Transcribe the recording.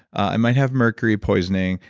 i might have mercury poisoning.